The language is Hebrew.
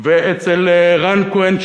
ואצל רן כהן,